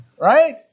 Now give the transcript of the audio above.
right